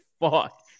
fuck